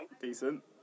decent